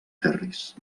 ferris